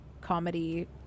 comedy